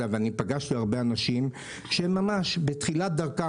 ואני פגשתי הרבה אנשים שהם ממש בתחילת דרכם,